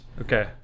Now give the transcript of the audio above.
Okay